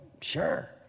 sure